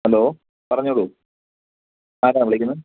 hello പറഞ്ഞോളൂ ആരാണ് വിളിക്കുന്നത്